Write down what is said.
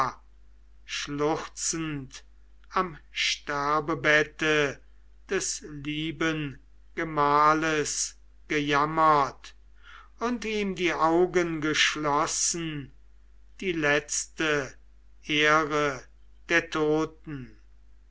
schluchzend am sterbebette des lieben gemahles gejammert und ihm die augen geschlossen die letzte ehre der toten